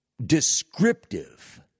descriptive